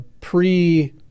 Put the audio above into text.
pre